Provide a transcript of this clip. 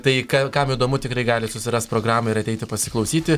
tai ką kam įdomu tikrai gali susirast programą ir ateiti pasiklausyti